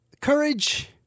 courage